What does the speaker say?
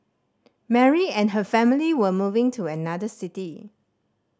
Mary and her family were moving to another city